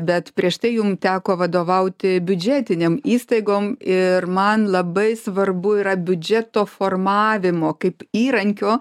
bet prieš tai jums teko vadovauti biudžetinėm įstaigom ir man labai svarbu yra biudžeto formavimo kaip įrankio